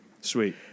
Sweet